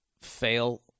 fail